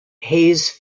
haze